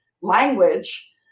language